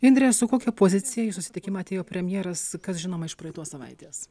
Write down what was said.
indre su kokia pozicija į susitikimą atėjo premjeras kas žinoma iš praeitos savaitės